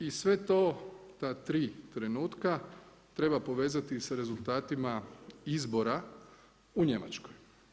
I sve to, ta tri trenutka, treba povezati sa rezultatima izbora u Njemačkoj.